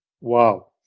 Wow